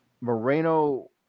Moreno